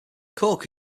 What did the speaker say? cork